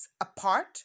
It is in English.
apart